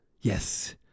Yes